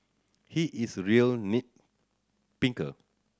he is a real nit picker